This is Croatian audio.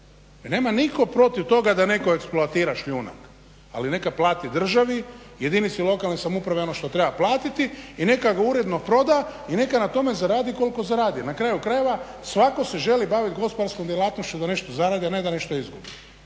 Nema nitko protiv toga da netko eksploatira šljunak, ali neka plati državi, jedinici lokalne samouprave ono što treba platiti i neka ga uredno proda i neka na tome zaradi koliko zaradi. Na kraju krajeva svatko se želi baviti gospodarskom djelatnošću da nešto zaradi, a ne da nešto izgubi.